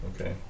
Okay